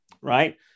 right